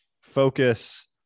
focus